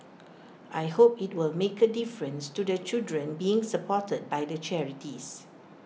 I hope IT will make A difference to the children being supported by the charities